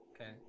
Okay